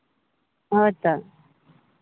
ᱦᱳᱭ ᱛᱚ